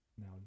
now